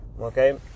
Okay